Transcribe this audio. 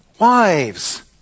wives